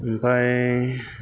ओमफाय